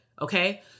Okay